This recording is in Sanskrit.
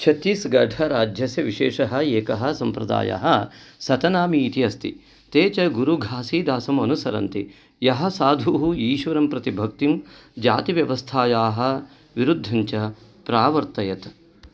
छत्तीसगढ़राज्यस्य विशेषः एकः सम्प्रदायः सतनामी इति अस्ति ते च गुरुघासीदासमनुसरन्ति यः साधुः ईश्वरं प्रति भक्तिं जातिव्यवस्थायाः विरुद्धं च प्रावर्तयत्